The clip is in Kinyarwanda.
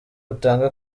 butanga